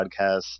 podcast